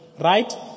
right